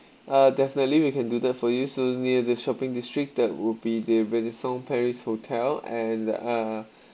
uh definitely we can do that for you so near the shopping district that would be the paris hotel and the uh